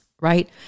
Right